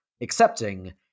accepting